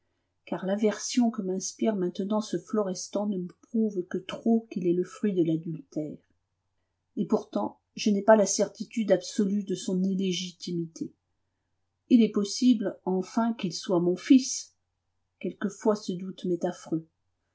car l'aversion que m'inspire maintenant ce florestan ne me prouve que trop qu'il est le fruit de l'adultère et pourtant je n'ai pas la certitude absolue de son illégitimité il est possible enfin qu'il soit mon fils quelquefois ce doute m'est